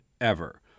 ever